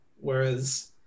Whereas